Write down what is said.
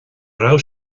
raibh